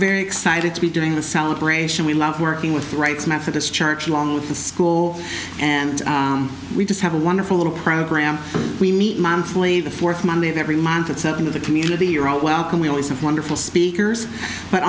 very excited to be doing a celebration we love working with rites methodist church along with the school and we just have a wonderful little program we meet monthly the fourth monday of every month at seven of the community you're all welcome we always have wonderful speakers but